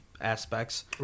aspects